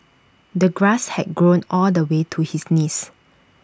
the grass had grown all the way to his knees